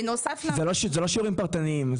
זה לא שיעורים פרטניים.